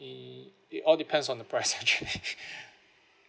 it~ it all depends on the price actually